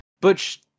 Butch